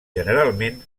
generalment